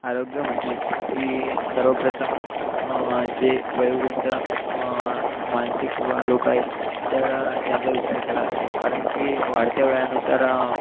आरोग्य म्हटले की सर्वप्रथम जे वयोवृद्ध माणसे किंवा लोक आहेत तर त्यांचा विचार केला जातो कारण की वाढत्या वयानुसार